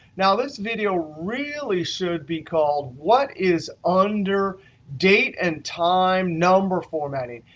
now, this video really should be called, what is under date and time number formatting?